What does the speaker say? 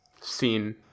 scene